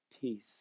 peace